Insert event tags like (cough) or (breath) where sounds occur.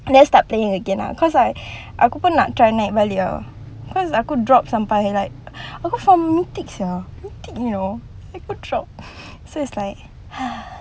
let's start playing again ah cause like aku pun nak try naik balik [tau] cause aku drop sampai like aku from mythic sia mythic you know abeh aku drop so it's like (breath)